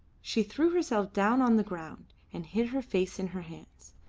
she threw herself down on the ground, and hid her face in her hands.